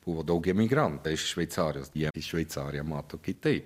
buvo daug emigrantai iš šveicarijos jie šveicariją mato kitaip